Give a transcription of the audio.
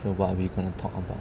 so what are we going to talk about